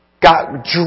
got